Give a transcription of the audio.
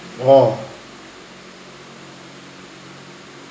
oh